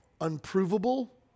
unprovable